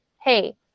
Hey